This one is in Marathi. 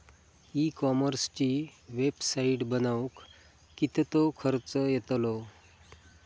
ई कॉमर्सची वेबसाईट बनवक किततो खर्च येतलो?